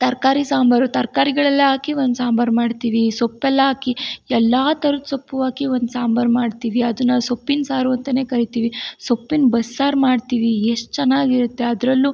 ತರಕಾರಿ ಸಾಂಬಾರು ತರಕಾರಿಗಳೆಲ್ಲ ಹಾಕಿ ಒಂದು ಸಾಂಬಾರು ಮಾಡ್ತೀವಿ ಸೊಪ್ಪೆಲ್ಲ ಹಾಕಿ ಎಲ್ಲ ಥರದ್ ಸೊಪ್ಪು ಹಾಕಿ ಒಂದು ಸಾಂಬಾರು ಮಾಡ್ತೀವಿ ಅದನ್ನು ಸೊಪ್ಪಿನ ಸಾರು ಅಂತ ಕರೀತಿವಿ ಸೊಪ್ಪಿನ ಬಸ್ಸಾರು ಮಾಡ್ತೀವಿ ಎಷ್ಟು ಚೆನ್ನಾಗಿರುತ್ತೆ ಅದ್ರಲ್ಲೂ